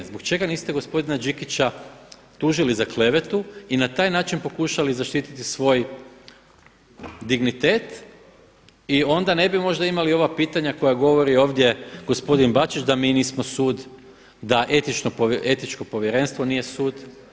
Zbog čega niste gospodina Đikića tužili za klevetu i na taj način pokušali zaštiti svoji dignitet i onda ne bi možda imali ova pitanja za koja govori ovdje gospodin Bačić da mi nismo sud, da etičko povjerenstvo nije sud?